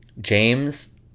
James